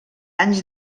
anys